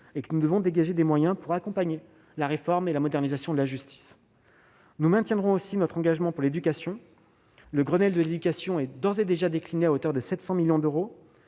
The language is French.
et que nous devons dégager des moyens pour accompagner la réforme et la modernisation de la justice. Nous maintiendrons aussi notre engagement pour l'éducation. Le Grenelle de l'éducation est d'ores et déjà décliné à hauteur de 700 millions d'euros,